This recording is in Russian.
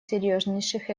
серьезнейших